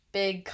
big